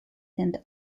and